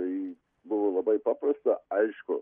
tai buvo labai paprasta aišku